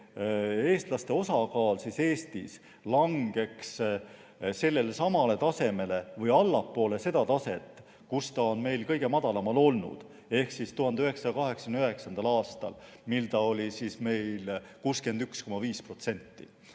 eestlaste osakaal Eestis langeks sellelesamale tasemele või allapoole seda taset, kus see on meil kõige madalamal olnud. 1989. aastal oli see meil 61,5%.